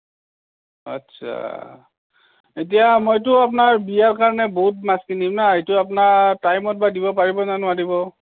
আচ্ছা এতিয়া মইতো আপোনাৰ বিয়াৰ কাৰণে বহুত মাছ কিনিম নহ্ এতিয়া আপোনাৰ টাইমত বা দিব পাৰিব নে নোৱাৰিব